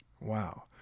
wow